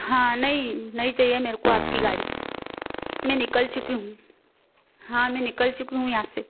हाँ नहीं नहीं चाहिए मेरे को आपकी गाड़ी मैं निकल चुकी हूँ हाँ मैं निकल चुकी हूँ यहाँ से